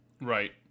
Right